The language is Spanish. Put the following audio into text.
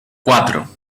cuatro